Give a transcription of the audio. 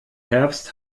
herbst